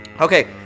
Okay